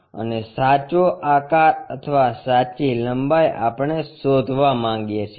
અને સાચો આકાર અથવા સાચી લંબાઈ આપણે શોધવા માંગીએ છીએ